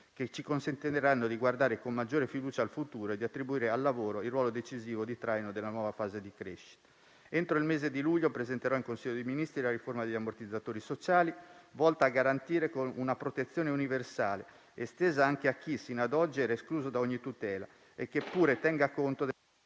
che ci consentiranno di guardare con maggiore fiducia al futuro e di attribuire al lavoro il ruolo decisivo di traino della nuova fase di crescita. Entro il mese di luglio presenterò in Consiglio dei ministri la riforma degli ammortizzatori sociali, volta a garantire una protezione universale estesa anche a chi sino ad oggi era escluso da ogni tutela e che pure tenga conto...